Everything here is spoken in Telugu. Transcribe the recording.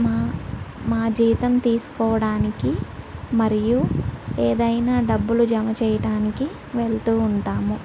మా మా జీవితం తీసుకోవడానికి మరియు ఏదైనా డబ్బులు జమ చెయ్యడానికి వెళ్తూ ఉంటాము